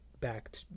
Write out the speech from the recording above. back